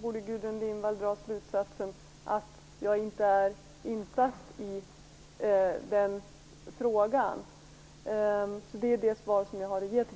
borde Gudrun Lindvall dra slutsatsen att jag inte är insatt i den frågan. Det är det svar jag har att ge till